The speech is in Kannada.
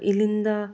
ಇಲ್ಲಿಂದ